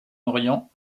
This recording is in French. orient